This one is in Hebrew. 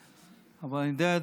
אבל אני יודע,